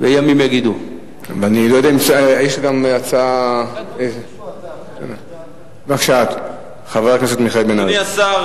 לא באופן חד-פעמי ובאופן זמני,